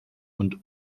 und